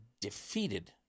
defeated